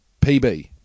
PB